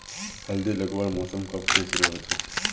हल्दी लगवार मौसम कब से शुरू होचए?